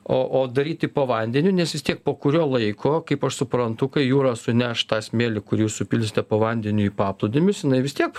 o o daryti po vandeniu nes vis tiek po kurio laiko kaip aš suprantu kai jūros suneštą smėlį kur jūs supilsite po vandeniu į paplūdimius jinai vis tiek